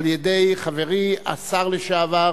ועל-ידי חברי השר לשעבר